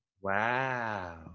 Wow